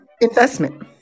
investment